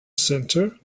center